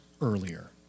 earlier